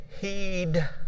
heed